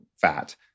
fat